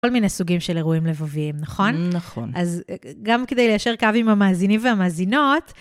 כל מיני סוגים של אירועים לבבים, נכון? נכון. אז גם כדי ליישר קו עם המאזינים והמאזינות...